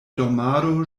dormado